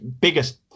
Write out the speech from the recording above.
biggest